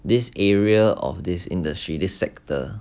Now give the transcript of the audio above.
this area of this industry this sector